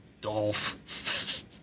Dolph